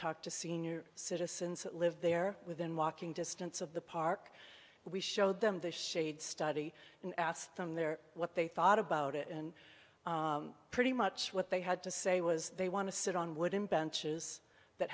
talk to senior citizens that live there within walking distance of the park we showed them the shade study and asked them there what they thought about it and pretty much what they had to say was they want to sit on wooden benches that